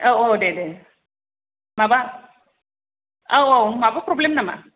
औ औ दे दे माबा औ औ माबा प्रब्लेम नामा